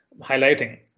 highlighting